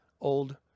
old